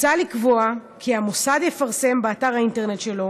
מוצע לקבוע כי המוסד יפרסם באתר האינטרנט שלו